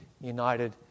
united